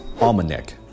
Almanac